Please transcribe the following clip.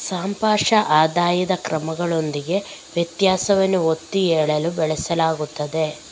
ಸಾಪೇಕ್ಷ ಆದಾಯದ ಕ್ರಮಗಳೊಂದಿಗೆ ವ್ಯತ್ಯಾಸವನ್ನು ಒತ್ತಿ ಹೇಳಲು ಬಳಸಲಾಗುತ್ತದೆ